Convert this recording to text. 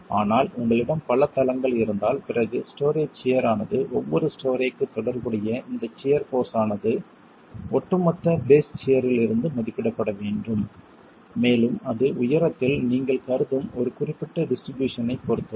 ஆனால் உங்களிடம் பல தளங்கள் இருந்தால் பிறகு ஸ்டோரே சியர் ஆனது ஒவ்வொரு ஸ்டோரேக்கு தொடர்புடைய இந்த சியர் போர்ஸ் ஆனது ஒட்டுமொத்த பேஸ் சியர் இல் இருந்து மதிப்பிடப்பட வேண்டும் மேலும் அது உயரத்தில் நீங்கள் கருதும் ஒரு குறிப்பிட்ட டிஸ்ட்ரிபியூஷன் ஐப் பொறுத்தது